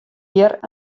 hjir